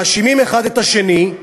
מאשימים האחד את השני,